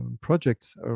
projects